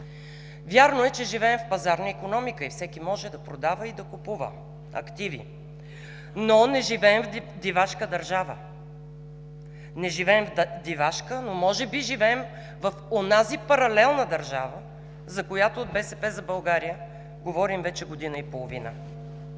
Вярно е, че живеем в пазарна икономика и всеки може да продава и да купува активи, но не живеем в дивашка държава. Не живеем в дивашка, но може би живеем в онази паралелна държава, за която от „БСП за България“ говорим вече година и половина